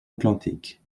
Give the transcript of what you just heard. atlantique